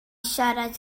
siarad